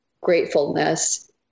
gratefulness